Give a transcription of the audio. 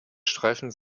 streifen